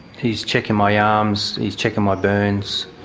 he's checking my arms, he's checking my burns.